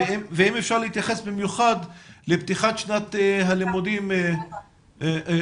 ואם אפשר להתייחס במיוחד לפתיחת שנת הלימודים אוטוטו.